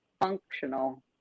functional